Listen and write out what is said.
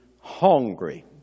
hungry